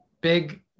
big